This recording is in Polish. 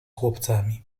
chłopcami